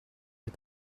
des